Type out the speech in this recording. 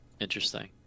interesting